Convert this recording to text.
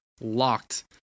locked